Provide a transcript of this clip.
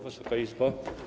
Wysoka Izbo!